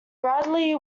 bradley